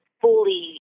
fully